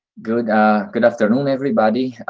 good good afternoon, everybody.